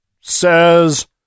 says